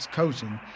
coaching